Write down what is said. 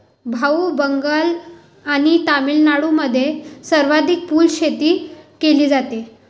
भाऊ, बंगाल आणि तामिळनाडूमध्ये सर्वाधिक फुलशेती केली जाते